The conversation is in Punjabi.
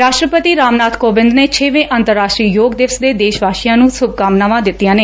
ਰਾਸ਼ਟਰਪਤੀ ਰਾਮਨਾਥ ਕੋਵਿੰਦ ਨੇ ਛੇਵੇਂ ਅੰਤਰਰਾਸ਼ਟਰੀ ਯੋਗ ਦਿਵਸ ਤੇ ਦੇਸ਼ਵਾਸੀਆਂ ਨੂੰ ਸ਼ੁਭਕਾਮਨਾਵਾਂ ਦਿੱਤੀਆਂ ਨੇ